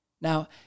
Now